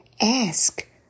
ask